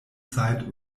zeit